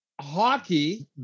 Hockey